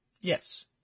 Yes